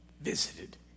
visited